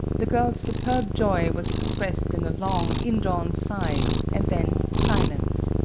the girl's superb joy was expressed in a long, indrawn sigh, and then silence.